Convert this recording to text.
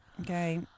Okay